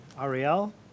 Ariel